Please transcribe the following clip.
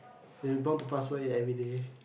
they bound to eat everyday